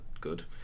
good